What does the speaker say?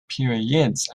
periods